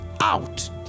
out